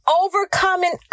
overcoming